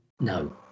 No